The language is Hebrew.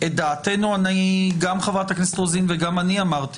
את דעתנו, גם חברת הכנסת וגם אני אמרנו.